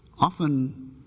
often